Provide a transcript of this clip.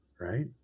right